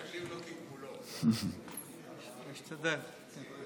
אדוני היושב-ראש, אני לא יודע במה זכתה נורבגיה